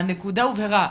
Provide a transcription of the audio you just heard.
הנקודה הובהרה.